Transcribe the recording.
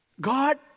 God